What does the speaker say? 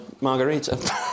margarita